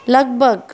लॻिभॻि